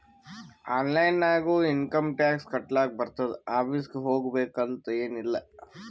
online ನಾಗು income tax ಕಟ್ಲಾಕ್ ಬರ್ತುದ್ ಆಫೀಸ್ಗ ಹೋಗ್ಬೇಕ್ ಅಂತ್ ಎನ್ ಇಲ್ಲ